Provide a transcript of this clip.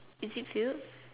is it filled